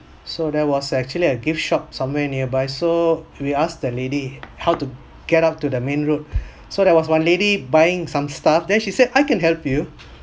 so there was actually a gift shop somewhere nearby so we asked the lady how to get up to the main road so there was one lady buying some stuff then she said I can help you